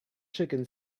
chicken